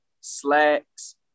slacks